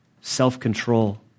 self-control